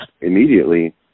immediately